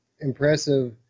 impressive